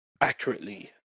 accurately